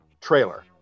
trailer